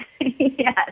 Yes